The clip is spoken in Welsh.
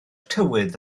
tywydd